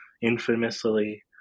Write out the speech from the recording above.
infamously